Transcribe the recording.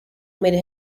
made